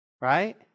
right